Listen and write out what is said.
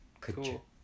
Cool